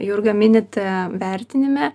jurga minite vertinime